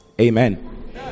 Amen